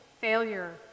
failure